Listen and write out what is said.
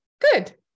good